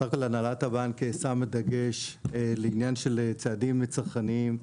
בסך הכול הנהלת הבנק שמה דגש לעניין של צעדים צרכניים,